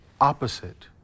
opposite